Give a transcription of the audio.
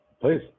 Please